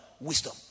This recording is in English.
wisdom